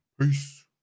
Peace